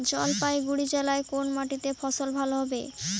জলপাইগুড়ি জেলায় কোন মাটিতে ফসল ভালো হবে?